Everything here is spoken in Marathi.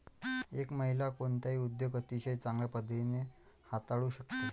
एक महिला कोणताही उद्योग अतिशय चांगल्या पद्धतीने हाताळू शकते